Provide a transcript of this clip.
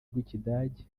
rw’ikidage